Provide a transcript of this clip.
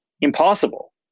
impossible